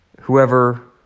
Whoever